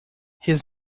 his